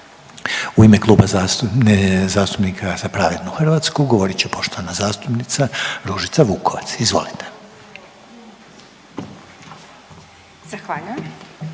U ime Kluba zastupnika Za pravednu Hrvatsku govorit će poštovana zastupnica Ružica Vukovac, izvolite.